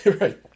Right